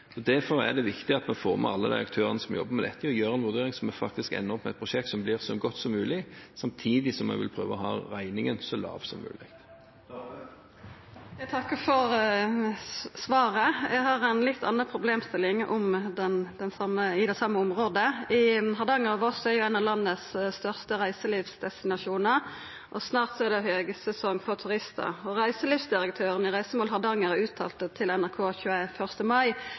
Derfor er det viktig at en får med alle aktørene som jobber med dette, og gjør en vurdering, slik at vi faktisk ender opp med et prosjekt som blir så godt som mulig, samtidig som vi vil prøve å holde regningen så lav som mulig. Eg takkar for svaret. Eg har ei litt anna problemstilling i det same området. Hardanger og Voss er ein av landets største reiselivsdestinasjonar, og snart er det høgsesong for turistar. Reiselivsdirektøren i Reisemål Hardanger uttala til NRK 21. mai